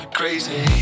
crazy